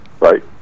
right